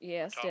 Yes